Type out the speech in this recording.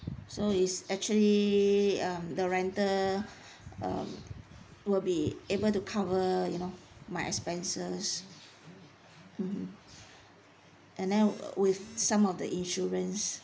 so is actually um the rental um will be able to cover uh you know my expenses hmm and then err with some of the insurance